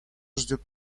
ждет